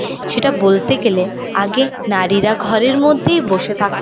সেটা বলতে গেলে আগে নারীরা ঘরের মধ্যেই বসে থাকতো